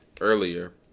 earlier